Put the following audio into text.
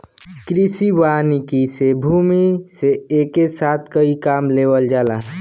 कृषि वानिकी से भूमि से एके साथ कई काम लेवल जाला